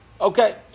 Okay